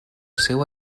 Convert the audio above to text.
seu